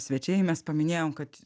svečiai mes paminėjom kad